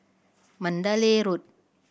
Mandalay Road